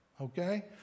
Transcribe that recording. Okay